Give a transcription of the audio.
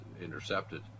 intercepted